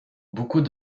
beaucoup